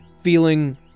feeling